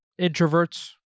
introverts